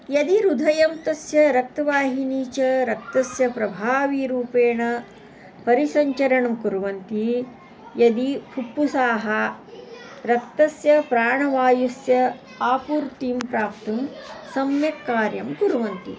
यदि हृदयं तस्य रक्तवाहिनी च रक्तस्य प्रभावीरूपेण परिसञ्चरणं कुर्वन्ति यदि फुप्फुसाः रक्तस्य प्राणवायोः आपूर्तिं प्राप्तुं सम्यक् कार्यं कुर्वन्ति